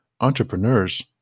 Entrepreneurs